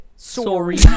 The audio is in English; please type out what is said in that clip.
Sorry